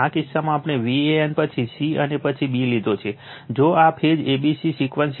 આ કિસ્સામાં આપણે Van પછી c અને પછી b લીધો છે જો આ phase a c b sequence છે